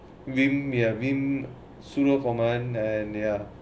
we may have been sooner common ya